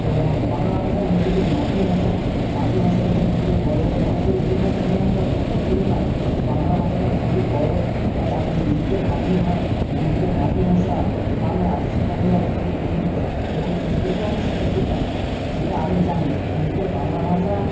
এবং বাংলা ভাষা নিজেদের মাতৃভাষা মাতৃভাষাটাকে নিজেদের বড়ো বলে মনে করি এবং অন্যান্য ভাষার তুলনায় বাংলা ভাষাটা খুবই বড়ো তাই আমি নিজেদের বাঙলি ভাঁ নিজেদের মাতৃভাষা বাংলা সেটা নিয়ে আমি খুবই গর্বিত এবং শিশুদেরকেও আমি সেটা শিখাই যেটা আমি জানি নিজেদের বাংলা ভাষা